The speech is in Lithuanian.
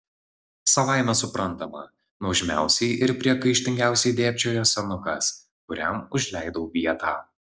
savaime suprantama nuožmiausiai ir priekaištingiausiai dėbčiojo senukas kuriam užleidau vietą